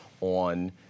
on